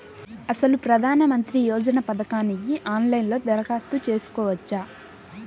అసలు ప్రధాన మంత్రి యోజన పథకానికి ఆన్లైన్లో దరఖాస్తు చేసుకోవచ్చా?